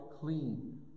clean